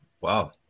wow